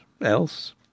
else